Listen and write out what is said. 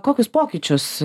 kokius pokyčius